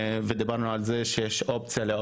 כמו שכבר ציינו,